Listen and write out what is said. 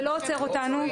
זה לא עוצר אותנו.